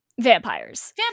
Vampires